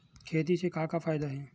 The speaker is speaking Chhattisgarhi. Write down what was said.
खेती से का का फ़ायदा हे?